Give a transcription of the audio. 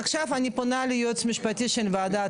עכשיו אני פונה לייעוץ המשפטי של הוועדה,